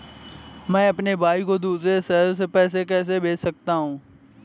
मैं अपने भाई को दूसरे शहर से पैसे कैसे भेज सकता हूँ?